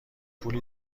پولی